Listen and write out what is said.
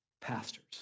Pastors